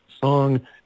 song